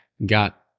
got